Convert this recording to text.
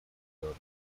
build